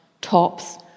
tops